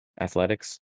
Athletics